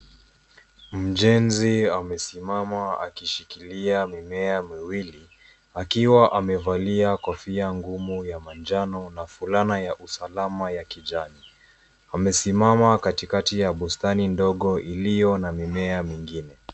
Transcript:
Mjenzi amesimama akishikilia mimea miwili akiwa amevalia kofia ngumu ya manjano na fulana ya usalama ya kijani wamesimama katikati ya bustani ndogo iliyo na mimea mingine.